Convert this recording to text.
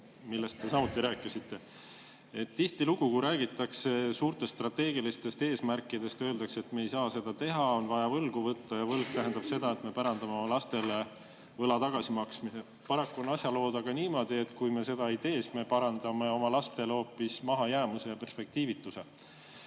millest te samuti rääkisite. Tihtilugu, kui räägitakse suurtest strateegilistest eesmärkidest, siis öeldakse, et me ei saa seda teha, on vaja võlgu võtta ja võlg tähendab seda, et me pärandame oma lastele võla tagasimaksmise. Paraku on asjalood niimoodi, et kui me seda ei tee, siis me pärandame oma lastele hoopis mahajäämuse ja perspektiivituse.